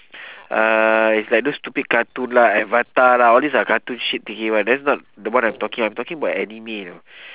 uh is like those stupid cartoon lah avatar lah all these are cartoon shit thingy [one] that's not the one I'm talking I'm talking about anime you know